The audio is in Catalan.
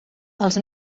els